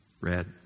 Red